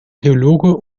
theologe